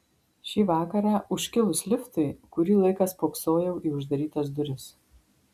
šį vakarą užkilus liftui kurį laiką spoksojau į uždarytas duris